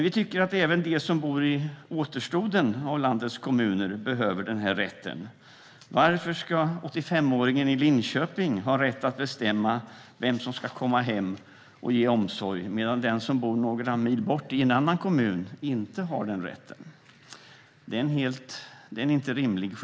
Vi tycker att även de som bor i återstoden av landets kommuner behöver den rätten. Varför ska 85-åringen i Linköping ha rätt att bestämma vem som ska komma hem och ge omsorg, medan den som bor några mil bort i en annan kommun inte har den rätten? Den skillnaden är inte rimlig.